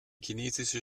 chinesische